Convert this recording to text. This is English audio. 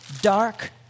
dark